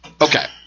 Okay